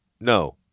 No